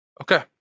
okay